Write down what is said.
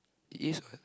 it is what